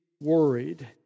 worried